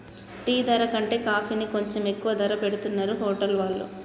tea ధర కంటే కాఫీకి కొంచెం ఎక్కువ ధర పెట్టుతున్నరు హోటల్ వాళ్ళు